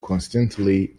coincidentally